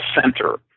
center